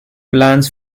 plans